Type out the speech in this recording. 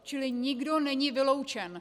Čili nikdo není vyloučen.